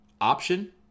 option